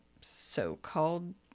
so-called